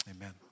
amen